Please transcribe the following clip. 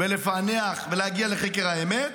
לפענח ולהגיע לחקר האמת.